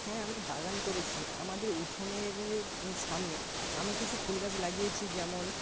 হ্যাঁ আমি বাগান করেছি আমাদের উঠোনের সামনে আমি কিছু ফুলগাছ লাগিয়েছি যেমন